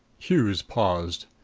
hughes paused.